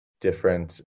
different